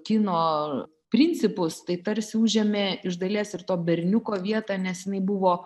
kino principus tai tarsi užėmė iš dalies ir to berniuko vietą nes jinai buvo